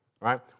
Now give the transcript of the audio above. right